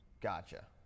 Gotcha